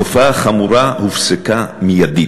התופעה החמורה הופסקה מייד.